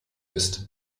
ist